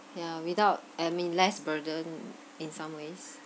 ya without I mean less burden in some ways